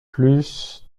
plus